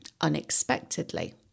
unexpectedly